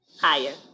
Higher